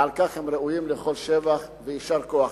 ועל כך הם ראויים לכל שבח ויישר כוח.